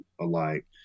alike